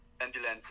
ambulance